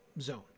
zone